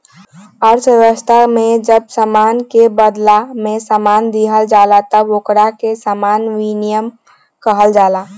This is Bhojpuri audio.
अर्थव्यवस्था में जब सामान के बादला में सामान दीहल जाला तब ओकरा के सामान विनिमय कहल जाला